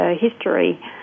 history